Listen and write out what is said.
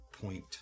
point